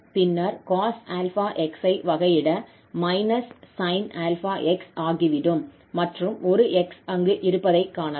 பின்னர் cos 𝛼𝑥 ஐ வகையிட − sin 𝛼𝑥 ஆகிவிடும் மற்றும் ஒரு x அங்கு இருப்பதைக் காணலாம்